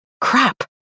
crap